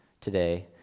today